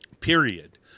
period